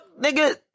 nigga